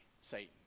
Satan